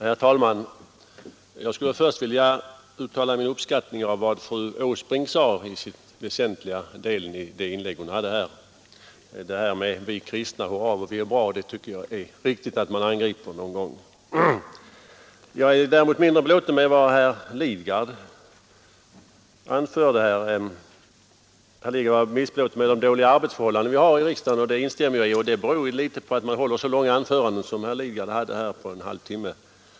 Herr talman! Jag skulle först vilja uttrycka min uppskattning av vad fru Åsbrink sade i den väsentliga delen av sitt inlägg. ”Hurra vad vi är bra, vi kristna”, det är något som jag tycker det är riktigt att man angriper någon gång. Jag är däremot mindre belåten med vad herr Lidgard anförde. Han var missnöjd med de dåliga arbetsförhållanden vi har i riksdagen. Det instämmer jag i, men de förhållandena beror ju litet grand på att man håller så långa anföranden; herr Lidgard talade i en halv timme.